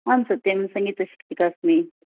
आं सत्यं सङ्गीतशिक्षिका अस्मि